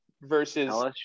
versus